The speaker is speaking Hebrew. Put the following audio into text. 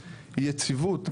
יציבות,